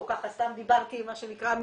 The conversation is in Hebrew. ככה סתם דיברתי מניסיוני.